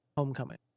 Homecoming